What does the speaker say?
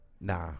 Nah